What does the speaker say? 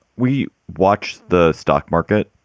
we watch the stock market.